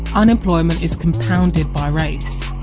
unemployment is compounded by race.